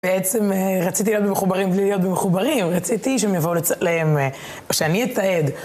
בעצם רציתי להיות במחוברים בלי להיות במחוברים, רציתי שהם יבואו לצלם, או שאני אתעד.